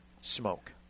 smoke